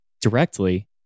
directly